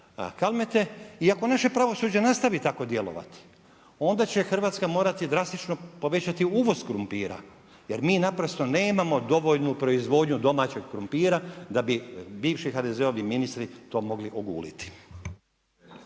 Kalmete i ako naše pravosuđe nastavi tako djelovati, onda će Hrvatska morati drastično povećati uvoz krumpira, jer mi naprosto nemamo dovoljnu proizvodnju domaćeg krumpira, da bi bivši HDZ-ovi ministri to mogli oguliti.